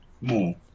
more